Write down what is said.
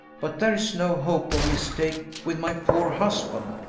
but there is no hope of mistake with my poor husband.